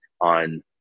on